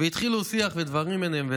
והתחילו שיח ודברים ביניהם,